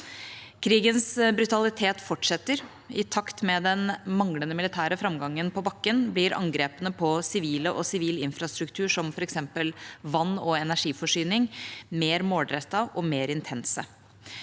Krigens brutalitet fortsetter. I takt med den manglende militære framgangen på bakken blir angrepene på sivile og sivil infrastruktur, som f.eks. vann- og energiforsyning, mer målrettede og mer intense.